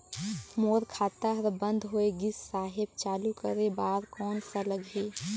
मोर खाता हर बंद होय गिस साहेब चालू करे बार कौन का लगही?